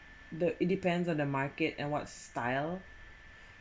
the it depends on the market and what style